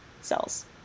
cells